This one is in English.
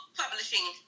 publishing